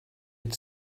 had